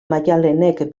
maialenek